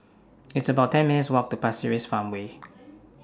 It's about ten minutes' Walk to Pasir Ris Farmway